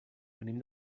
venim